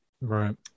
Right